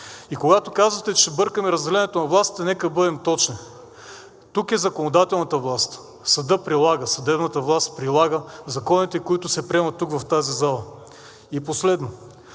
И когато казвате, че бъркаме разделението на властите, нека бъдем точни. Тук е законодателната власт. Съдът прилага – съдебната власт прилага законите, които се приемат тук в тази зала. И последно.